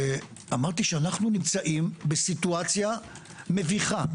אמרתי שאנו נמצאים במצב מביך,